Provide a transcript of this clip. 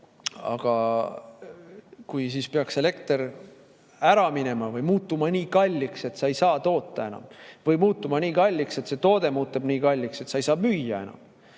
Aga kui peaks elekter ära minema või muutuma nii kalliks, et sa ei saa enam toota, või muutuma nii kalliks, et see toode muutub nii kalliks, et sa ei saa enam